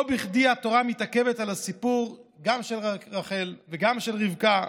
לא בכדי התורה מתעכבת גם על הסיפור של רחל וגם על הסיפור של רבקה,